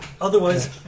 Otherwise